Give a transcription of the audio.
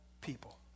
people